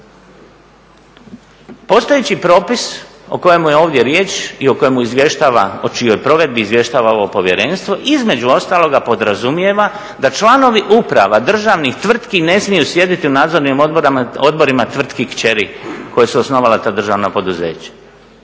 Postojeći propis o kojemu je ovdje riječ i o kojemu izvještava o čijoj provedbi izvještava ovo povjerenstvo između ostaloga podrazumijeva da članovi uprava državnih tvrtki ne smiju sjediti u nadzornim odborima tvrtki kćeri koja su osnova ta državna poduzeća.